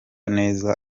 neza